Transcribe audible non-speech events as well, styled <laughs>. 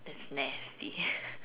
that's nasty <laughs>